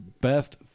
best